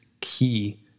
key